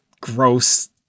gross